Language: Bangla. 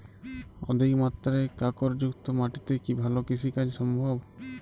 অধিকমাত্রায় কাঁকরযুক্ত মাটিতে কি ভালো কৃষিকাজ সম্ভব?